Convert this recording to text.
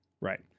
Right